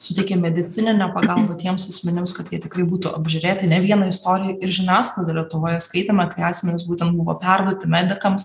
suteikė medicininę pagalbą tiems asmenims kad jie tikrai būtų apžiūrėti ne vieną istoriją ir žiniasklaidoj lietuvoje skaitėme kai asmenys būtent buvo perduoti medikams